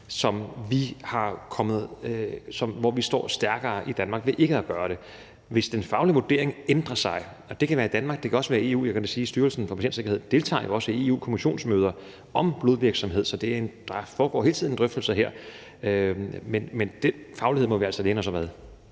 nogle ulemper, hvor vi står stærkere i Danmark ved ikke at gøre det. Den faglige vurdering kan ændre sig. Det kan ske i Danmark, det kan også ske i EU. Jeg kan da sige, at Styrelsen for Patientsikkerhed også deltager i Europa-Kommissionsmøder om blodvirksomhed, så der foregår hele tiden en drøftelse her, men fagligheden må vi altså læne os op ad.